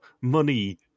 money